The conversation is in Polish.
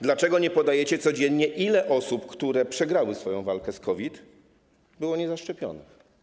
Dlaczego nie podajecie codziennie, ile osób, które przegrały swoją walkę z COVID, było niezaszczepionych?